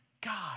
god